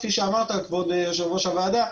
כפי שאמרת כבוד יושב ראש הוועדה,